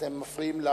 אתם מפריעים.